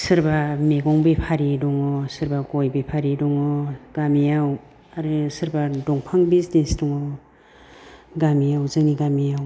सोरबा मैगं बेफारि दङ सोरबा गइ बेफारि दङ गामियाव आरो सोरबा दंफां बिजिनेस दङ गामियाव जोंनि गामियाव